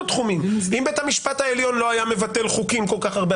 תחומים אם בית המשפט העליון לא היה מבטל חוקים כל כך הרבה,